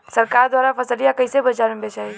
सरकार द्वारा फसलिया कईसे बाजार में बेचाई?